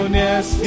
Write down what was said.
yes